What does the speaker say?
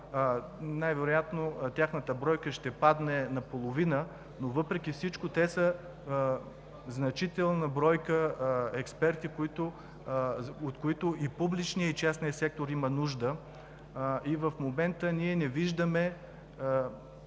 най-вероятно тяхната бройка ще падне наполовина. Въпреки всичко те са значителна бройка експерти, от които и публичният, и частният сектор имат нужда. В момента ние не виждаме